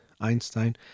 einstein